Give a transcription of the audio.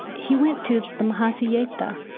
he went to the mahasi yeiktha,